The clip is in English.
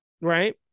right